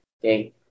Okay